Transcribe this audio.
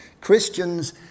Christians